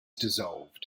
dissolved